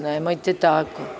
Nemojte tako.